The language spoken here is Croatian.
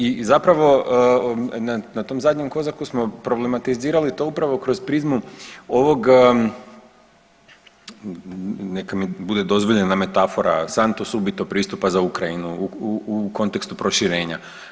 I zapravo na tom zadnjem COSAC-u smo problematizirali to upravo kroz prizmu ovog neka mi bude dozvoljena metafora santo subito pristupa za Ukrajinu u kontekstu proširenja.